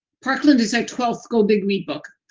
parkland is our twelfth go big read book,